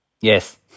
Yes